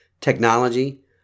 technology